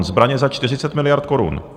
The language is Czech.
Zbraně za 40 miliard korun.